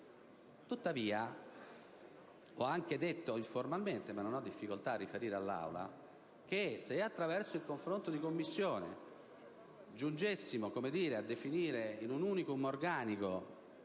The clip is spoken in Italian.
Tuttavia, ho anche detto informalmente - ma non ho difficoltà a riferire all'Assemblea - che, se attraverso il confronto in Commissione, giungessimo a definire in un contesto